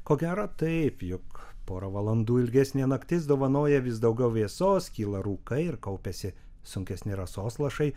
ko gero taip juk porą valandų ilgesnė naktis dovanoja vis daugiau vėsos kyla rūkai ir kaupiasi sunkesni rasos lašai